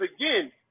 again